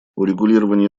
урегулирование